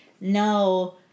no